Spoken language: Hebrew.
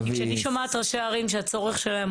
כי כשאני שומעת ראשי ערים שהצורך שלהם